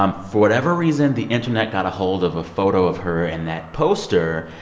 um for whatever reason, the internet got a hold of a photo of her and that poster.